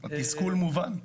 אז התסכול מובן.